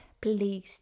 please